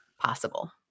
possible